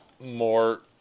more